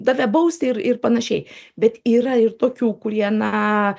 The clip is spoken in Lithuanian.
tave baust ir ir panašiai bet yra ir tokių kurie na